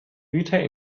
güter